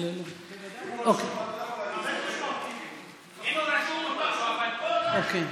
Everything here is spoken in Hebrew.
אם הוא רשום מותר לו, אבל פה הוא לא רשום.